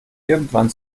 irgendwann